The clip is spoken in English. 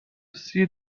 see